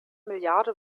milliarde